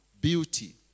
beauty